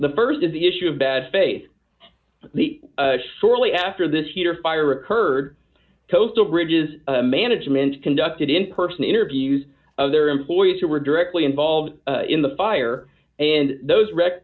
the st is the issue of bad faith the shortly after this heater fire occurred coastal bridges management conducted in person interviews of their employees who were directly involved in the fire and those wreck